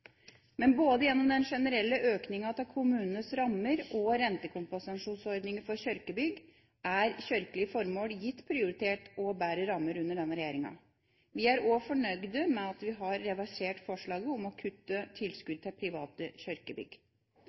Men både gjennom den generelle økningen av kommunenes rammer og gjennom rentekompensasjonsordningen for kirkebygg, er kirkelige formål gitt prioritet og bedre rammer under denne regjeringa. Vi er også fornøyde med at vi har reversert forslaget om å kutte tilskudd til private